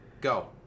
Go